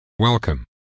Welcome